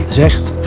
zegt